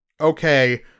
okay